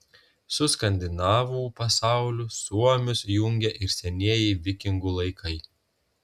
su skandinavų pasauliu suomius jungia ir senieji vikingų laikai